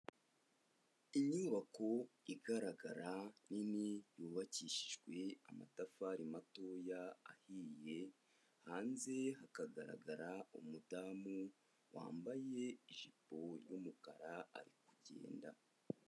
Inyubako igaragara nini, yubakishijwe amatafari matoya ahiye, hanze hakagaragara umudamu wambaye ijipo y'umukara ari kugenda.